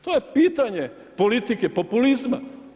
To je pitanje politike populizma.